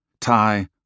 tie